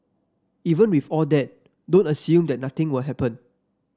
even with all that don't assume that nothing will happen